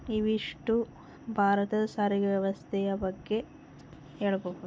ಇವಿಷ್ಟು ಭಾರತದ ಸಾರಿಗೆ ವ್ಯವಸ್ಥೆಯ ಬಗ್ಗೆ ಹೇಳಬಹುದು